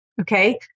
okay